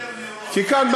כי כאן,